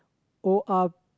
oh ah